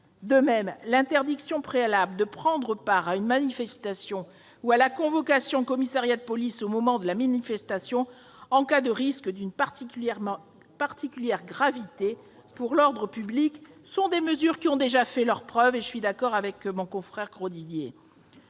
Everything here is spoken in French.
De même, l'interdiction préalable de prendre part à une manifestation ou la convocation au commissariat de police au moment de la manifestation, en cas de risque d'une particulière gravité pour l'ordre public, sont des mesures qui ont déjà fait leurs preuves- je suis d'accord à ce sujet